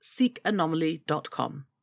seekanomaly.com